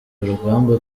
urugamba